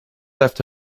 left